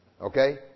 Okay